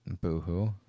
Boo-hoo